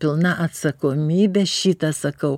pilna atsakomybe šitą sakau